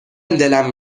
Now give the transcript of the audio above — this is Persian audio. دلم